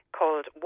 called